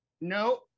No